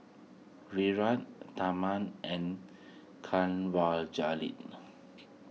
Virat Tharman and Kanwaljit